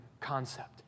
concept